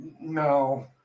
No